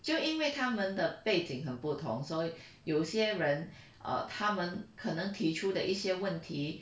就因为他们的背景很不同所以有些人 err 他们可能提出的一些问题